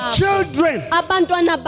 children